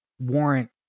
warrant